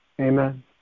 Amen